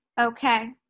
okay